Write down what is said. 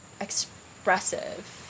expressive